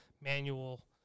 manual